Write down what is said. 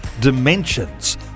dimensions